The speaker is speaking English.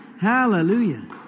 Hallelujah